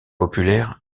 populaire